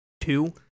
Two